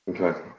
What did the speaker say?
Okay